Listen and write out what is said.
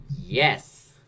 yes